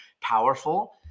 powerful